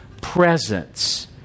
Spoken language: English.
presence